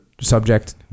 subject